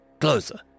closer